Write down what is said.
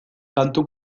kantu